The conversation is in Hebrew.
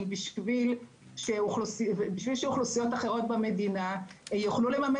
בפועל אנחנו יודעים שזה לא יכול להסתיים בזה, שזה